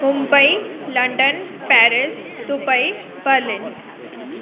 Mumbai London Paris Dubai Berlin